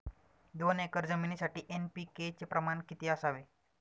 दोन एकर जमीनीसाठी एन.पी.के चे प्रमाण किती असावे?